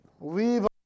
leave